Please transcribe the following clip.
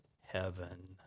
heaven